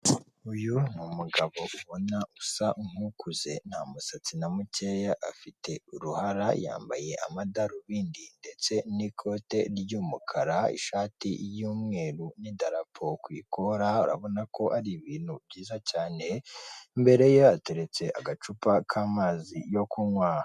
Uyu ni umugabo ubona usa nku'ukuze nta musatsi na mukeya afite uruhara, yambaye amadarubindi ndetse n'ikote ry'umukara ishati y'umweru n'idarapo ku ikora urabona ko ari ibintu byiza cyane imbere ye hateretse agacupa k'amazi yo kunywa.